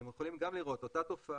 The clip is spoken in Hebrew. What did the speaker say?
אתם יכולים לראות אותה תופעה.